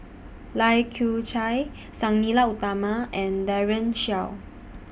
Lai Kew Chai Sang Nila Utama and Daren Shiau